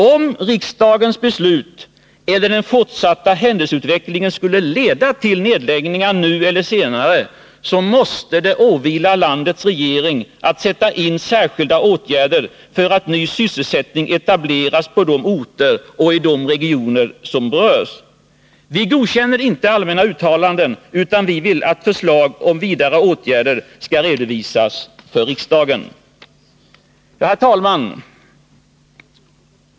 Om riksdagens beslut eller den fortsatta händelseutvecklingen skulle leda till nedläggningar nu eller senare, måste det åvila landets regering att sätta in särskilda åtgärder för att nya industrier och ny sysselsättning etableras på de orter och i de regioner som berörs. Vi godkänner inte allmänna uttalanden, utan vi vill att förslag om vidare åtgärder skall redovisas för riksdagen. Herr talman!